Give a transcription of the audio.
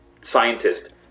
Scientist